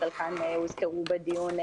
שחלקן הוזכרו בדיון,